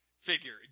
figure